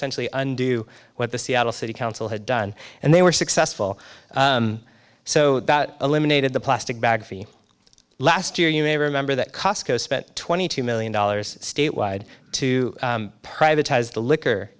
essentially undo what the seattle city council had done and they were successful so that eliminated the plastic bag fee last year you may remember that costco spent twenty two million dollars statewide to privatized the liquor